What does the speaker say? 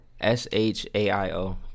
S-H-A-I-O